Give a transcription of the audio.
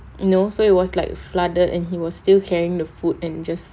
you know so it was like flooded and he was still carrying the food and just